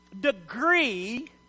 degree